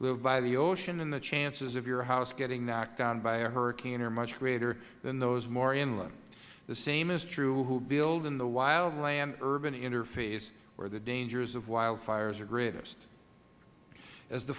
live by the ocean and the chances of your house getting knocked down by a hurricane are much greater than those more inland the same is true of those who build in the wild land urban interface where the dangers of wildfires are greatest as the